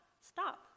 stop